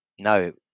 no